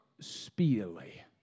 speedily